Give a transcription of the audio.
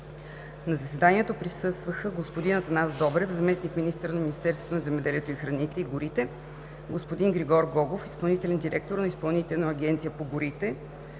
На заседанието присъстваха: господин Атанас Добрев – заместник-министър на земеделието, храните и горите, господин Григор Гогов – изпълнителен директор на Изпълнителна агенция по горите,